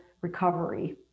recovery